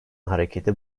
hareketi